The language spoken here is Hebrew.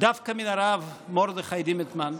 דווקא מן הרב מרדכי דימנטמן,